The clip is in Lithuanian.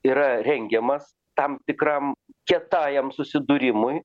yra rengiamas tam tikram kietajam susidūrimui